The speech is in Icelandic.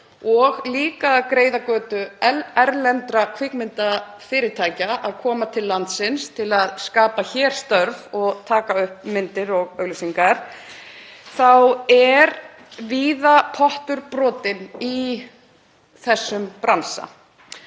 og líka að greiða götu erlendra kvikmyndafyrirtækja í að koma til landsins, til að skapa hér störf og taka upp myndir og auglýsingar — þá er pottur víða brotinn í þessum bransa.